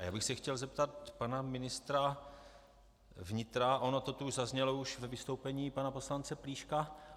Chtěl bych se zeptat pana ministra vnitra, ono to tu zaznělo už ve vystoupení pana poslance Plíška.